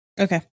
Okay